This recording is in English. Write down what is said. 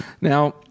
Now